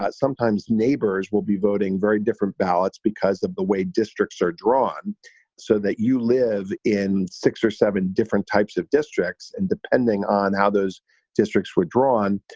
sometimes neighbors will be voting very different ballots because of the way districts are drawn so that you live in six or seven different types of districts. and depending on how those districts were drawn,